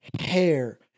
hair